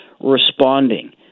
responding